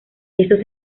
esos